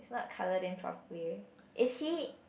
not colour them properly is he